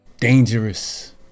dangerous